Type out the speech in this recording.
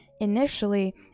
initially